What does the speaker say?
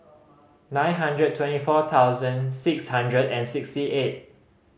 nine hundred twenty four thousand six hundred and sixty eight